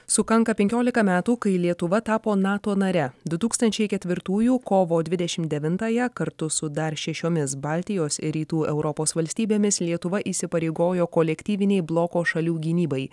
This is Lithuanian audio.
sukanka penkiolika metų kai lietuva tapo nato nare du tūkstančiai ketvirtųjų kovo dvidešim devintąją kartu su dar šešiomis baltijos ir rytų europos valstybėmis lietuva įsipareigojo kolektyvinei bloko šalių gynybai